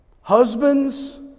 Husbands